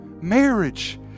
Marriage